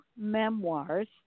memoirs